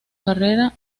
carrera